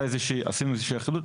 עשינו איזו שהיא אחידות.